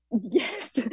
yes